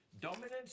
dominance